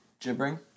Gibbering